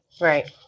Right